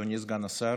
אדוני סגן השר,